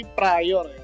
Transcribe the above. prior